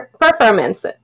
performance